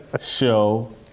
show